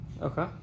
Okay